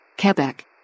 Quebec